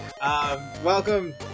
welcome